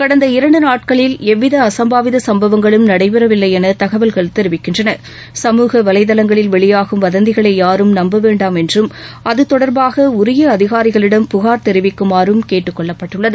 கடந்த இரண்டு நாட்களில் எவ்வித அசும்பாவித சும்பவங்களும் நடைபெறவில்லை என தகவல்கள தெரிவிக்கின்றன சமூக வலைதளங்களில் வெளியாகும் வதந்திகளை யாரும் நம்பவேண்டாம் என்றும் அது தொடர்பாக உரிய அதிகாரிகளிடம் புகார் தெரிவிக்குமாறும் கேட்டுக்கொள்ளப்பட்டுள்ளது